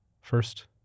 First